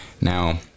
Now